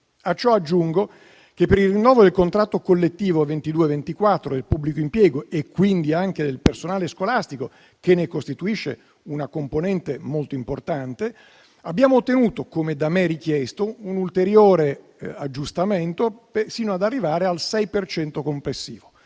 A ciò aggiungo che, per il rinnovo del contratto collettivo 2022-2024 del pubblico impiego, quindi anche del personale scolastico che ne costituisce una componente molto importante, abbiamo ottenuto, come da me richiesto, un ulteriore aggiustamento, sino ad arrivare al 6 per